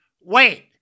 wait